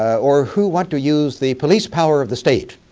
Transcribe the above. or who wanted to use the police power of the state